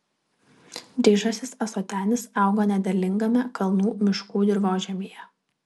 dryžasis ąsotenis auga nederlingame kalnų miškų dirvožemyje